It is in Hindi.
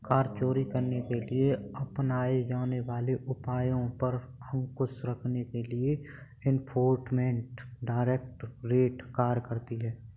कर चोरी करने के लिए अपनाए जाने वाले उपायों पर अंकुश रखने के लिए एनफोर्समेंट डायरेक्टरेट कार्य करती है